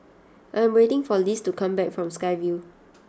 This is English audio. I am waiting for Lisle to come back from Sky Vue